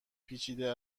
پیچیده